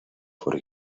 for